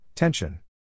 Tension